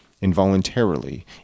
Involuntarily